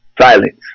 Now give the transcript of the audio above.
silence